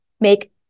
make